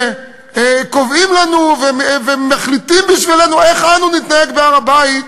שקובעים לנו ומחליטים בשבילנו איך אנו נתנהג בהר-הבית,